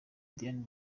diane